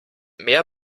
mehr